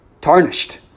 tarnished